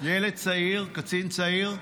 קצין צעיר,